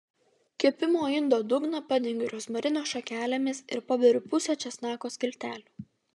kepimo indo dugną padengiu rozmarino šakelėmis ir paberiu pusę česnako skiltelių